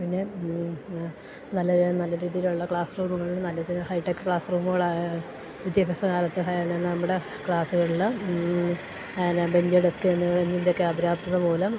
പിന്നേ നല്ല നല്ല രീതിയിലുള്ള ക്ലാസ് റൂമുകൾ നല്ലത് ഹൈട്ടെക് ക്ലാസ്റൂമുകളാ വിദ്യാഭ്യാസ കാലത്ത് എന്നാ നമ്മുടെ ക്ലാസുകളിൽ എന്നാ ബെഞ്ച് ഡെസ്ക് എന്നിവ എന്നതിൻ്റെയെക്കെ അപ്രാപ്യത മൂലം